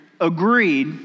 agreed